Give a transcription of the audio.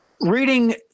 reading